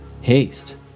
Haste